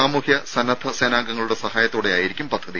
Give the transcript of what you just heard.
സാമൂഹ്യ സന്നദ്ധ സേനാംഗങ്ങളുടെ സഹായത്തോടെയായിരിക്കും പദ്ധതി